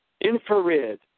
Infrared